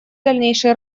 дальнейшей